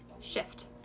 shift